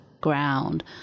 ground